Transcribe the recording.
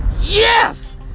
Yes